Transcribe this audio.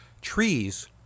Trees